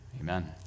Amen